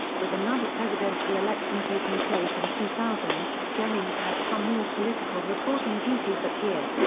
with another presidential election taking place in two thousand, jennings had some more political reporting duties that year.